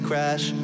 Crash